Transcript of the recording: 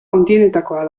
handienetakoa